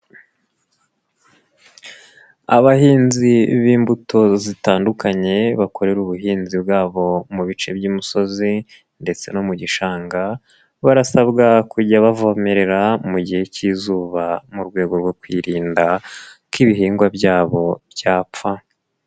Abahinzi b'imbuto zitandukanye, bakorera ubuhinzi bwabo mu bice by'imusozi ndetse no mu gishanga, barasabwa kujya bavomerera mu gihe cy'izuba, mu rwego rwo kwirinda ko ibihingwa byabo byapfa.